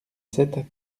sept